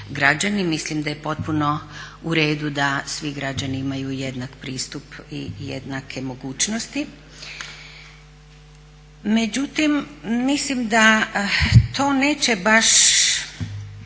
Mislim da je potpuno u redu da svi građani imaju jednak pristup i jednake mogućnosti. Međutim, mislim da to neće baš